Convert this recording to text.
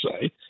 say